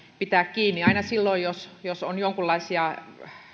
pitää kiinni aina silloin jos jos on jonkunlaisia